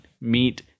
meat